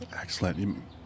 Excellent